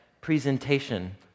presentation